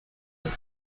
have